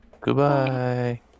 Goodbye